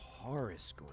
Horace